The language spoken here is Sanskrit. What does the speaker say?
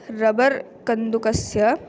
रबर् कन्दुकस्य